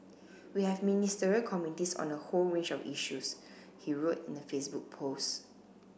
we have Ministerial committees on a whole range of issues he wrote in a Facebook post